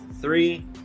three